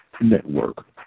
network